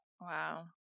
Wow